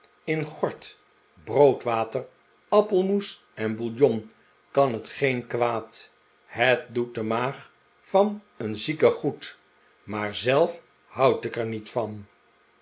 in gort broodwater appelmoes en bouillon kan het geen kwaad het doet de maag van een zieke goed maar zelf houd ik er niet van